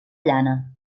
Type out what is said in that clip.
llana